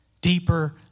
deeper